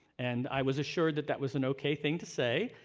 and i was assured that that was an ok thing to say.